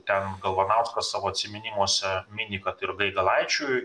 ten galvanauskas savo atsiminimuose mini kad ir gaigalaičiui